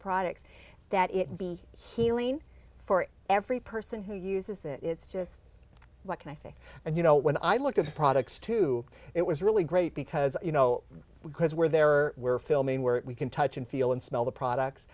products that it be healing for every person who uses it is just what can i say and you know when i looked at the products too it was really great because you know because where there were filming where we can touch and feel and smell the products